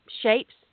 shapes